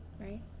right